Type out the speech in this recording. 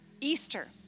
Easter